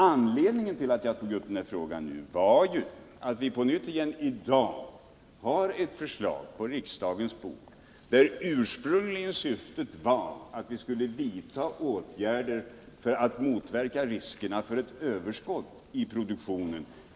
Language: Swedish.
Anledningen till att jag nu tagit upp frågan är att ett förslag på nytt ligger på riksdagens bord. Syftet med detta förslag är att vi skall vidta åtgärder för att motverka riskerna för ett överskott i produktionen.